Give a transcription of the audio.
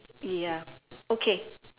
ya okay